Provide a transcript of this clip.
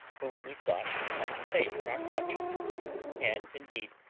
whom we thought we had safe in our clutches and, indeed,